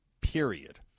period